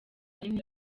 kinini